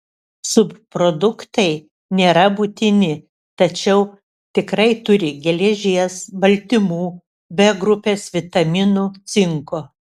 subproduktai nėra būtini tačiau tikrai turi geležies baltymų b grupės vitaminų cinko